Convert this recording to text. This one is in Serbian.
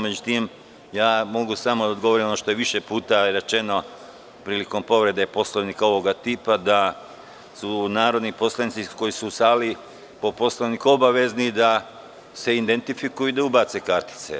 Međutim, mogu samo da odgovorim na ono što je više puta rečeno prilikom povrede Poslovnika ovog tipa, da su narodni poslanici koji su u sali po Poslovniku obavezni da se identifikuju i da ubace kartice.